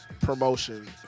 promotion